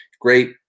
Great